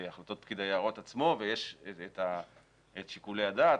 החלטות פקיד היערות עצמו ויש את שיקול הדעת